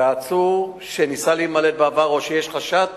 ועצור שניסה להימלט בעבר או שיש חשד